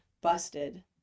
busted